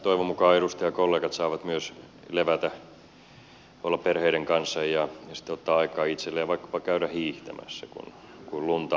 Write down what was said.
toivon mukaan edustajakollegat saavat myös levätä olla perheidensä kanssa ja ottaa aikaa itselleen ja vaikkapa käydä hiihtämässä kun lunta on tullut